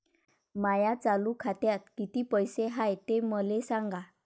माया चालू खात्यात किती पैसे हाय ते मले सांगा